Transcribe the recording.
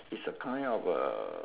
it's a kind of A